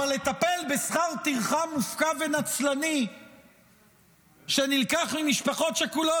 אבל לטפל בשכר טרחה מופקע ונצלני שנלקח ממשפחות שכולות,